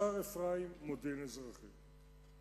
שער-אפרים, "מודיעין אזרחי".